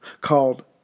called